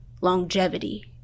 longevity